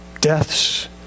deaths